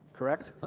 correct?